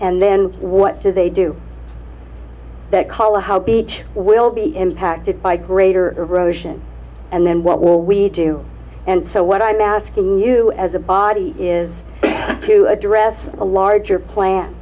and then what do they do that color how beach will be impacted by greater erosion and then what will we do and so what i'm asking you as a body is to address a larger plan